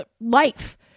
life